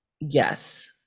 Yes